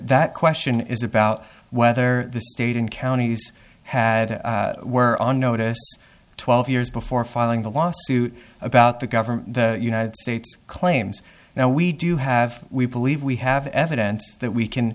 that question is about whether the state and counties had were on notice twelve years before filing the lawsuit about the government the united states claims now we do have we believe we have evidence that we can